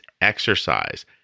exercise